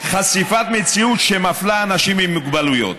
חשיפת מציאות שמפלה אנשים עם מוגבלויות.